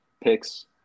picks